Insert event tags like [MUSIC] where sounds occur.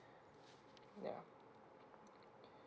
ya [NOISE]